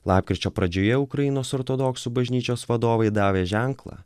lapkričio pradžioje ukrainos ortodoksų bažnyčios vadovai davė ženklą